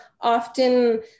often